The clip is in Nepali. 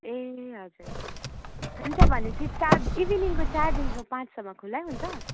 ए हजुर हुन्छ भनेपछि चार इभिनिङको चारदेखिको पाँचसम्म खुल्लै हुन्छ